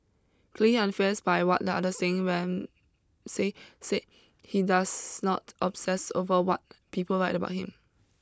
clearly unfazed by what the others think Ramsay said said he does not obsess over what people write about him